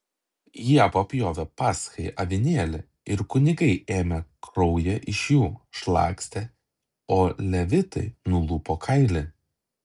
jie papjovė paschai avinėlį ir kunigai ėmė kraują iš jų šlakstė o levitai nulupo kailį